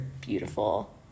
beautiful